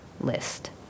list